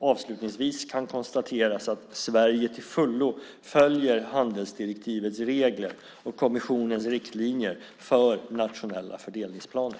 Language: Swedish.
Avslutningsvis kan konstateras att Sverige till fullo följer handelsdirektivets regler och kommissionens riktlinjer för nationella fördelningsplaner.